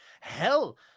hell